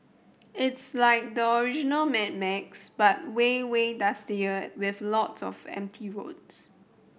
it's like the original Mad Max but way way dustier with lots of empty roads